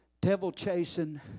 devil-chasing